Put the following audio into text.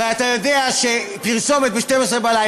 הרי אתה יודע שפרסומת ב-24:00,